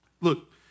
Look